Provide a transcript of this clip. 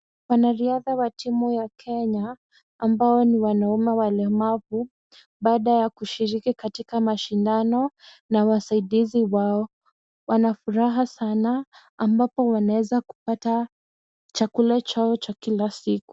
Wanariadha wa timu ya Kenya ambao ni wanaume walemavu baada ya kushiriki katika mashindano na wasaidizi wao wana furaha sana ambapo wanaweza kupata chakula chao cha kila siku.